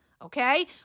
Okay